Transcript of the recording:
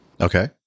Okay